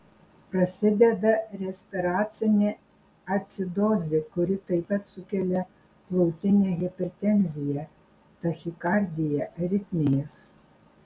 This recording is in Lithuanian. prasideda respiracinė acidozė kuri taip pat sukelia plautinę hipertenziją tachikardiją aritmijas